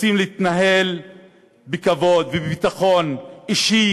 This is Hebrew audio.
רוצים להתנהל בכבוד ובביטחון אישי,